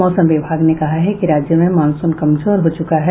मौसम विभाग ने कहा है कि राज्य में मानसून कमजोर हो चुका है